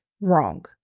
Wrong